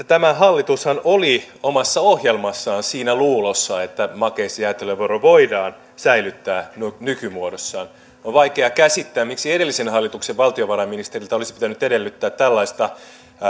tämä hallitushan oli omassa ohjelmassaan siinä luulossa että makeis ja jäätelövero voidaan säilyttää nykymuodossaan on vaikea käsittää miksi edellisen hallituksen valtiovarainministeriltä olisi pitänyt edellyttää tällaista